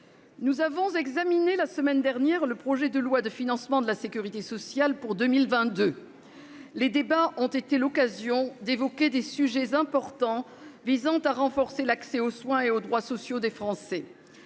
nous avons examiné la semaine dernière le projet de loi de financement de la sécurité sociale pour 2022. Les débats ont été l'occasion d'évoquer des sujets importants visant à renforcer l'accès aux soins et aux droits sociaux des Français.